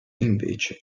invece